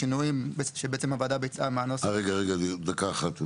השינויים שהוועדה ביצעה מהנוסח ה --- דקה אחת,